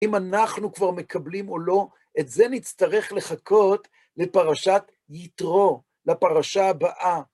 אם אנחנו כבר מקבלים או לא, את זה נצטרך לחכות לפרשת יתרו, לפרשה הבאה.